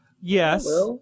yes